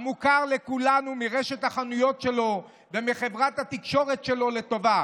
המוכר לכולנו מרשת החנויות שלו ומחברת התקשורת שלו לטובה.